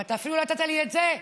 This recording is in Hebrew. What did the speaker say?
אבל אתה אפילו לא נתת לי את זה.